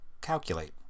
calculate